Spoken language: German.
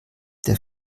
der